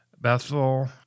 Bethel